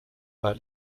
pas